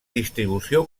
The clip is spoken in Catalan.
distribució